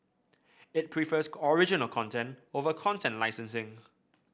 it prefers original content over content licensing